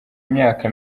imyaka